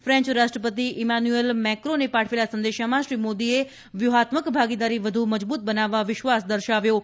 French રાષ્ટ્રપતિ Emmanuel મેક્રોનને પાઠવેલા સંદેશામાં શ્રી મોદીએ વ્યુહાત્મક ભાગીદારી વ્ધ્ મજબૂત બનાવવા વિશ્વાસ દર્શાવ્યો છે